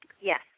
Yes